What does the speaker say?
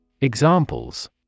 Examples